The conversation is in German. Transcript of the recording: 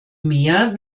mehr